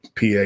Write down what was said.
PA